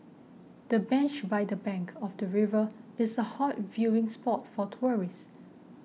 the bench by the bank of the river is a hot viewing spot for tourists